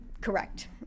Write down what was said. Correct